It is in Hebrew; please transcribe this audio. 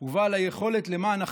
ובעל היכולת למען החלש,